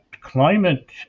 climate